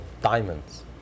diamonds